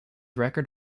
record